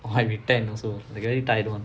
might be ten also like the tired [one]